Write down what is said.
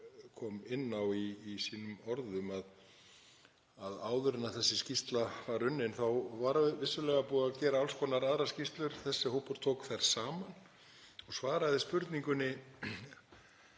kom inn á í sínum orðum, að áður en þessi skýrsla var unnin þá var vissulega búið að gera alls konar aðrar skýrslur. Þessi hópur tók þær saman og svaraði spurningunni: